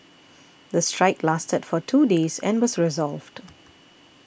the strike lasted for two days and was resolved